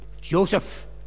Joseph